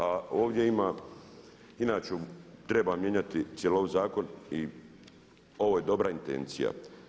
A ovdje ima, inače treba mijenjati cjelovit zakon i ovo je dobra intencija.